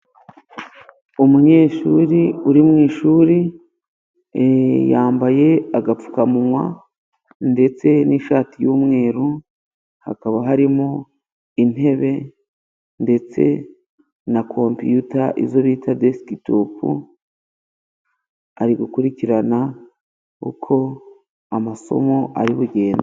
Umunyeshuri uri mu ishuri yambaye agapfukamunwa ndetse n'ishati y'mweru, hakaba harimo intebe ndetse na compiyuta izo bita desikitopu, ari gukurikirana uko amasomo ari bugende.